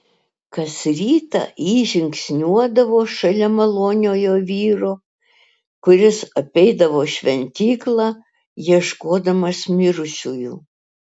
kas rytą ji žingsniuodavo šalia maloniojo vyro kuris apeidavo šventyklą ieškodamas mirusiųjų